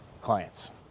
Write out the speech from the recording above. clients